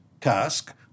task